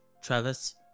Travis